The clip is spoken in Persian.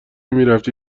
میرفتی